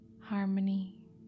harmony